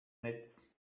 netz